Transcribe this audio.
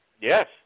Yes